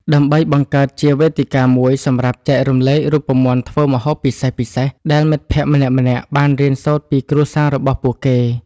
ដើម្បីបង្កើតជាវេទិកាមួយសម្រាប់ចែករំលែករូបមន្តធ្វើម្ហូបពិសេសៗដែលមិត្តភក្តិម្នាក់ៗបានរៀនសូត្រពីគ្រួសាររបស់ពួកគេ។